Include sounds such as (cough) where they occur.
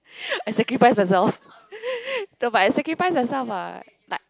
(breath) I sacrifice myself (breath) no but I sacrifice myself [what]